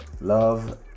Love